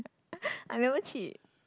I never cheat